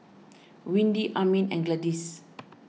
Windy Amin and Gladyce